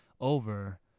over